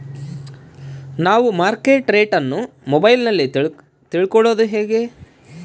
ನಾವು market rate ಅನ್ನು ಮೊಬೈಲಲ್ಲಿ ತಿಳ್ಕಳೋದು ಹೇಗೆ?